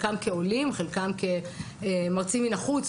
חלק כעולים וחלקם כחוקרים מן החוץ.